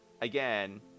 again